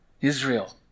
Israel